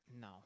No